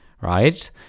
Right